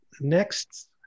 next